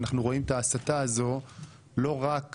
אנחנו רואים את ההסתה הזו לא רק